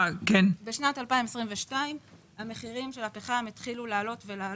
בשנת 2022 המחירים של הפחם התחילו לעלות ולעלות,